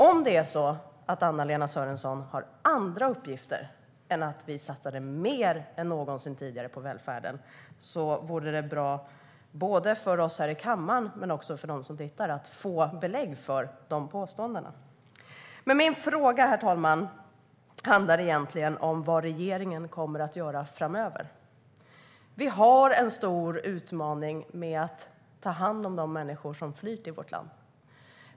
Om Anna-Lena Sörenson har andra uppgifter än att vi satsade mer än någonsin tidigare på välfärden vore det bra om vi här i kammaren och de som tittar på debatten på tv kunde få belägg för det. Min fråga, herr talman, handlar om vad regeringen kommer att göra framöver. Vi har en stor utmaning i att ta hand om de människor som flyr till vårt land.